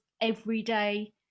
everyday